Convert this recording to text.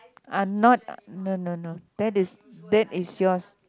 I'm not no no no that is that is yours